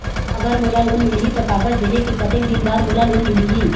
अगर मोला लोन मिलही त कागज देहे के कतेक दिन बाद मोला लोन मिलही?